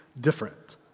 different